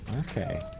Okay